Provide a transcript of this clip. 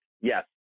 Yes